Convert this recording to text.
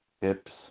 hips